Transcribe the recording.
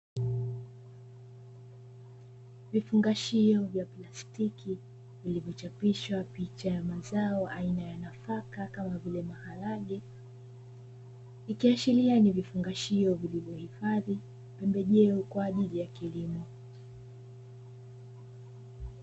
Vifungashio vya plastiki, vilivyochapishwa picha ya mazao aina ya nafaka kama vile maharage, ikiashiria ni vifungashio vilivyohifadhi pembejeo kwaajili ya kilimo.